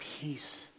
peace